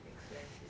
expensive